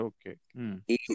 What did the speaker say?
Okay